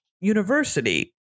university